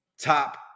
top